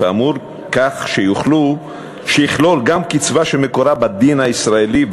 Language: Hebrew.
האמור כך שיכלול גם קצבה שמקורה בדין הישראלי,